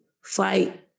fight